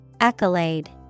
Accolade